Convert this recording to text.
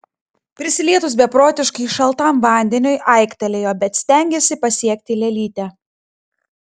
prisilietus beprotiškai šaltam vandeniui aiktelėjo bet stengėsi pasiekti lėlytę